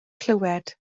clywed